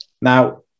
now